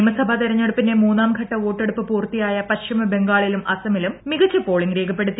നിയമസഭാ തെരഞ്ഞെടുപ്പിന്റെ മൂന്നാം ഘട്ട വോട്ടെടുപ്പ് പൂർത്തിയായ പശ്ചിമ ബംഗാളിലും അസമിലും മികച്ച പോളിങ് രേഖപ്പെടുത്തി